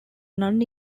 non